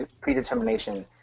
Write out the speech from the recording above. predetermination